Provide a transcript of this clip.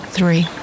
Three